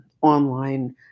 online